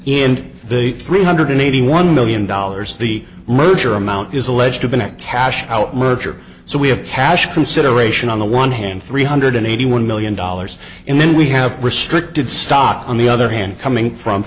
in the three hundred eighty one million dollars the merger amount is alleged to been a cash out merger so we have cash consideration on the one hand three hundred eighty one million dollars and then we have restricted stock on the other hand coming from